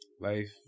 Life